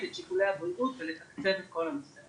את שיקולי הבריאות ולתקצב את כל הנושא הזה.